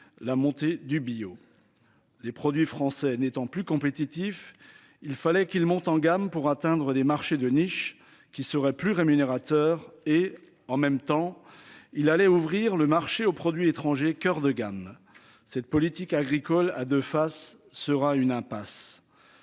la montée du bio. Les produits français n'étant plus compétitifs. Il fallait qu'il monte en gamme pour atteindre des marchés de niche qui serait plus rémunérateur et en même temps il allait ouvrir le marché aux produits étrangers. Coeur de gamme. Cette politique agricole à 2 faces sera une impasse.